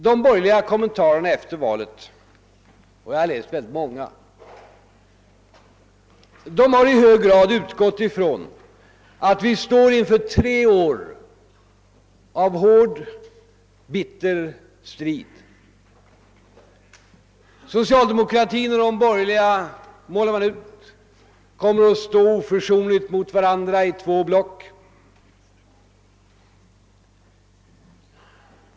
De borgerliga kommentarerna efter valet, och jag har läst väldigt många, har i hög grad utgått ifrån att vi står inför tre år av hård, bitter strid. Det målas ut att socialdemokratin och de borgerliga kommer att stå oförsonligt mot varandra i två block.